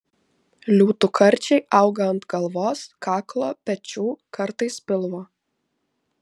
liūtų karčiai auga ant galvos kaklo pečių kartais pilvo